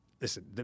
Listen